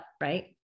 right